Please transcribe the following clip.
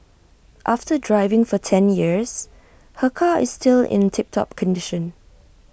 after driving for ten years her car is still in tip top condition